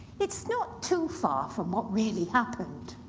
it's not too far from what really happened.